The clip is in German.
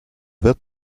wird